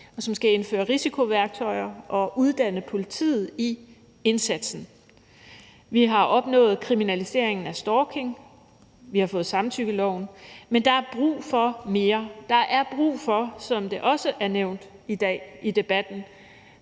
og som skal indføre risikoværktøjer og uddanne politiet i indsatsen. Vi har opnået en kriminalisering af stalking, og vi har fået samtykkeloven, men der er brug for mere. Der er brug for, som det også er blevet nævnt i debatten